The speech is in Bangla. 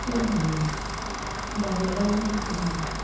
আমরা বাঙালি বাংলা আমাদের প্রধান ভাষা